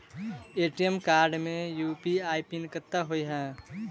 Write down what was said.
ATM card मे UPI PIN कतह होइ है?